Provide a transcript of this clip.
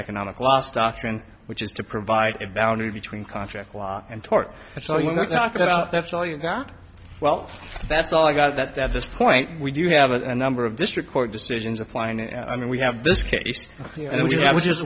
economic class doctrine which is to provide a boundary between contract law and tort so you're talking about that's all you that well that's all i got that at this point we do have a number of district court decisions applying and i mean we have this case which is